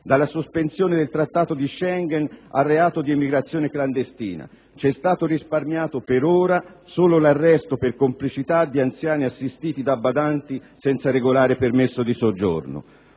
dalla sospensione del Trattato di Schengen al reato di immigrazione clandestina. Ci è stato risparmiato - per ora - solo l'arresto per complicità di anziani assistiti da badanti senza regolare permesso di soggiorno.